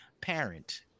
parent